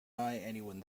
anyone